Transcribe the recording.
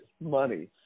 money